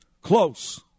Close